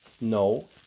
no